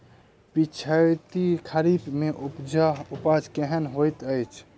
पिछैती खरीफ मे उपज केहन होइत अछि?